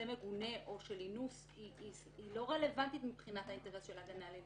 מגונה או של אינוס היא לא רלוונטית מבחינת האינטרס של הגנה על ילד.